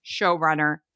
showrunner